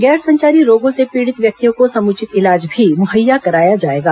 गैर संचारी रोगों से पीड़ित व्यक्तियों को समुचित इलाज भी मुहैया कराया जाएगा